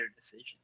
decision